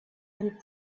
and